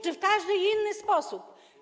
czy w każdy inny sposób.